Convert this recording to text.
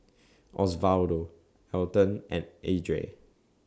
Osvaldo Alton and Edrie